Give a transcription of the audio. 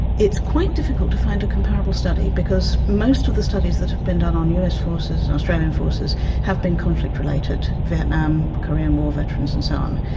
it's quite difficult to find a comparable study because most of the studies that have been done on us forces and australian forces have been conflict related vietnam, korean war veterans and so on.